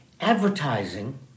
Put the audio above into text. advertising